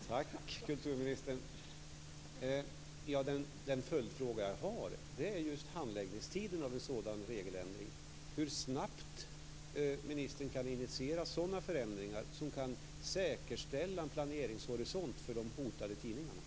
Fru talman! Den följdfråga jag har gäller just handläggningstiden av en sådan regeländring. Hur snabbt kan ministern initiera förändringar som kan säkerställa en planeringshorisont för de hotade tidningarna?